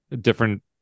different